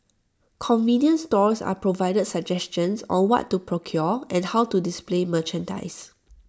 convenience stores are provided suggestions on what to procure and how to display merchandise